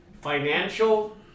financial